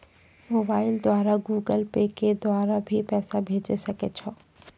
Mobile द्वारा Google pay के द्वारा भी पैसा भेजै सकै छौ?